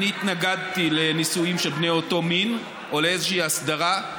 אני התנגדתי לנישואים של בני אותו מין או לאיזושהי הסדרה,